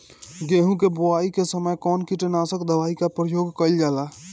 गेहूं के बोआई के समय कवन किटनाशक दवाई का प्रयोग कइल जा ला?